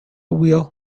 wheel